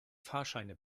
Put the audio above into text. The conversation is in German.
fahrscheine